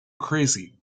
crazy